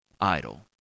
idle